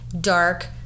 dark